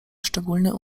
szczególny